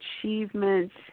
achievements